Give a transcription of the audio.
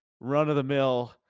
run-of-the-mill